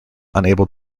unable